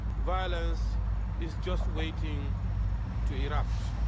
violence is just waiting to erupt.